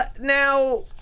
Now